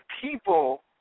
people